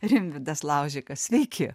rimvydas laužikas sveiki